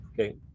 okay